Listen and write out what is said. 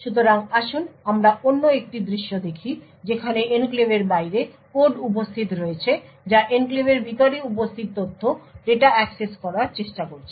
সুতরাং আসুন আমরা অন্য একটি দৃশ্য দেখি যেখানে এনক্লেভের বাইরে কোড উপস্থিত রয়েছে যা এনক্লেভের ভিতরে উপস্থিত তথ্য ডেটা অ্যাক্সেস করার চেষ্টা করছে